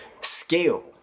scale